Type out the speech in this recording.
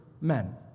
men